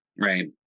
Right